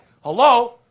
Hello